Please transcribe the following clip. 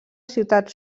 ciutat